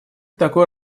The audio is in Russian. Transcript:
такой